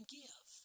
give